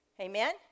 Amen